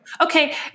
Okay